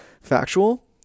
factual